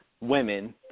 women